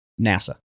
NASA